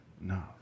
No